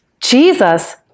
Jesus